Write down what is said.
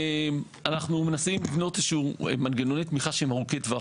אנחנו מנסים לבנות מנגנוני תמיכה שהם ארוכי טווח,